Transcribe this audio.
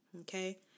Okay